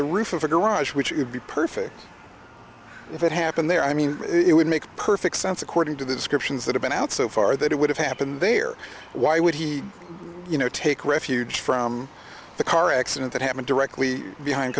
the roof of a garage which would be perfect if it happened there i mean it would make perfect sense according to the descriptions that have been out so far that it would have happened there why would he you know take refuge from the car accident that happened directly behind